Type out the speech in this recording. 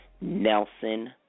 Nelson